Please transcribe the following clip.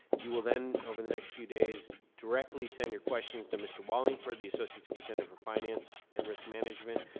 you will then, over the next few days, directly send your questions to mr. wallingford, the associate superintendent for finance and risk management,